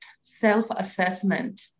self-assessment